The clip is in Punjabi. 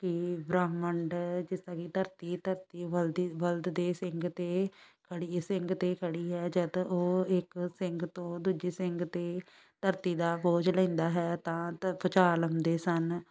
ਕਿ ਬ੍ਰਹਿਮੰਡ ਜਿਸ ਤਰ੍ਹਾਂ ਕਿ ਧਰਤੀ ਧਰਤੀ ਬਲਦੀ ਬਲਦ ਦੇ ਸਿੰਗ 'ਤੇ ਖੜ੍ਹੀ ਸਿੰਗ 'ਤੇ ਖੜ੍ਹੀ ਹੈ ਜਦ ਉਹ ਇੱਕ ਸਿੰਗ ਤੋਂ ਦੂਜੇ ਸਿੰਗ 'ਤੇ ਧਰਤੀ ਦਾ ਬੋਝ ਲੈਂਦਾ ਹੈ ਤਾਂ ਧ ਭੁਚਾਲ ਆਉਂਦੇ ਸਨ